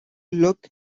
look